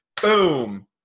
Boom